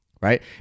right